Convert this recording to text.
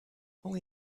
only